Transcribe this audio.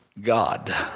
God